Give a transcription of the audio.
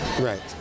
Right